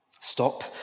Stop